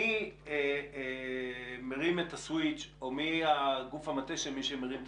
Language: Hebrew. מי מרים את הסוויץ' או מי גוף המטה של מי שמרים את